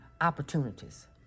opportunities